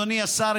אדוני השר,